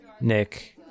Nick